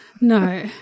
No